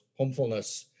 homefulness